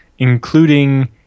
including